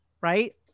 right